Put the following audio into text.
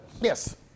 Yes